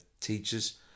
teachers